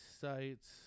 sites